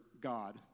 God